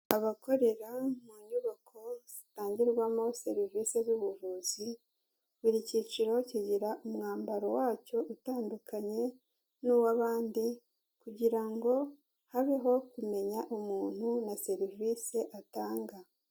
Abakorera mu nyubako zitangirwamo serivisi z'ubuvuzi, buri kiciro kigira umwambaro wacyo utandukanye n'uw'abandi kugira ngo habeho kumenya umuntu na serivisi atanga.